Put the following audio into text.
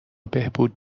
بهبود